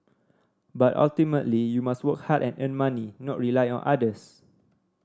but ultimately you must work hard and earn money not rely on others